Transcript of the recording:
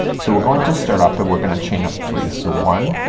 so we're going to start up and we're gonna chain up three. so one,